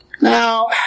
Now